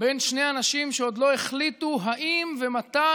בין שני אנשים שעוד לא החליטו אם ומתי